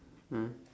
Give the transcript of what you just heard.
mm